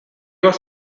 was